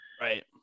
right